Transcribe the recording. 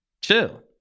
chill